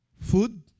Food